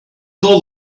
call